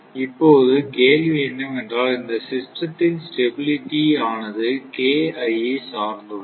இப்போது கேள்வி என்னவென்றால் இந்த சிஸ்டத்தின் ஸ்டெபிளிட்டி ஆனது ஐ சார்ந்துள்ளது